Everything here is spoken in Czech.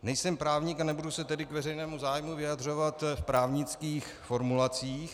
Nejsem právník a nebudu se tedy k veřejnému zájmu vyjadřovat v právnických formulacích.